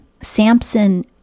Samson